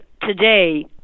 today